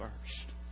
first